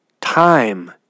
time